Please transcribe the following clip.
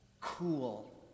cool